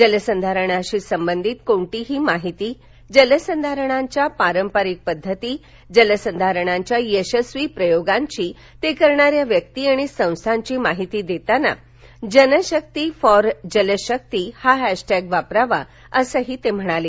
जलसंधारणाशी संबंधित कोणतीही माहिती जलसंधारणांच्या पारंपरिक पद्धतीं जलसंधारणाच्या यशस्वी प्रयोगांची ते करणाऱ्या व्यक्ती आणि संस्थांची माहिती देताना जनशकी फॉर जलशक्ती हा हॅशटॅंग वापरावा असं ते म्हणाले